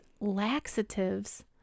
laxatives